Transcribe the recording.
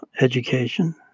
education